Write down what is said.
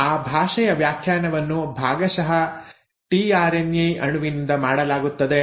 ಆ ಭಾಷೆಯ ವ್ಯಾಖ್ಯಾನವನ್ನು ಭಾಗಶಃ ಟಿಆರ್ಎನ್ಎ ಅಣುವಿನಿಂದ ಮಾಡಲಾಗುತ್ತದೆ